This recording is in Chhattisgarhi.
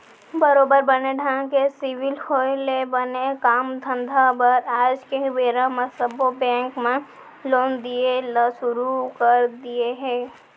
बरोबर बने ढंग के सिविल होय ले बने काम धंधा बर आज के बेरा म सब्बो बेंक मन लोन दिये ल सुरू कर दिये हें